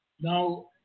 Now